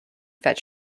fetch